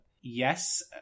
yes